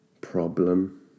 problem